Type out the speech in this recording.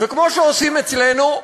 וכמו שעושים אצלנו,